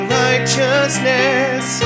righteousness